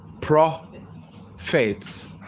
prophets